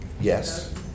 yes